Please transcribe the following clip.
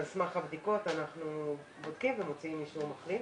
על סמך הבדיקות אנחנו בודקים ומוציאים אישור מחלים.